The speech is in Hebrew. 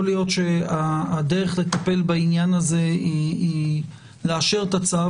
יכול להיות שהדרך לטפל בעניין הזה היא לאשר את הצו,